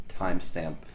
timestamp